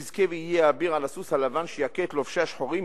מי יזכה ויהיה האביר על הסוס הלבן שיכה את לובשי השחורים,